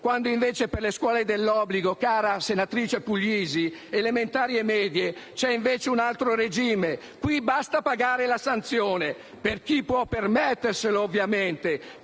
vaccinati. Per le scuole dell'obbligo, invece, cara senatrice Puglisi, elementari e medie, c'è invece un altro regime: qui basta pagare la sanzione, per chi può permetterselo ovviamente,